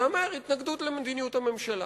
ייאמר "התנגדות למדיניות הממשלה".